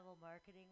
marketing